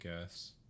guess